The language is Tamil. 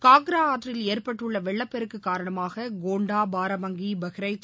காங்ரா ஆற்றில் ஏற்பட்டுள்ள வெள்ளப்பெருக்கு காரணமாக கோண்டா பாரபங்கி பஹ்ரைச்